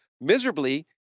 miserably